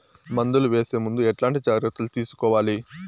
మందులు వేసే ముందు ఎట్లాంటి జాగ్రత్తలు తీసుకోవాలి?